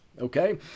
Okay